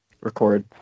record